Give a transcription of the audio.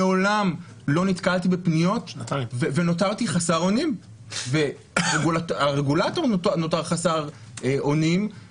מעולם לא נתקלתי בפניות ונותרתי חסר אונים והרגולטור נותר חסר אונים,